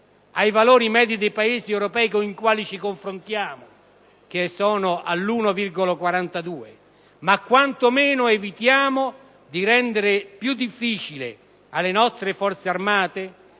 ai valori medi dei Paesi europei con i quali ci confrontiamo, che sono all'1,42 per cento, ma quanto meno evitiamo di rendere più difficile alle nostre Forze armate